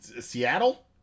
Seattle